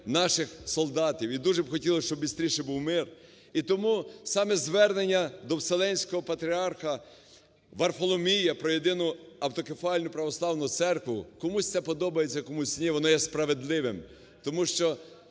наших солдатів. І дуже хотілось, щоб бистріше був мир. І тому саме звернення до Вселенського Патріарха Варфоломія про Єдину Автокефальну Православну Церкву, комусь це подобається, а комусь ні, воно є справедливим, тому що